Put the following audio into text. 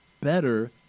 better